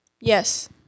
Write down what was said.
Yes